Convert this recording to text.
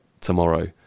tomorrow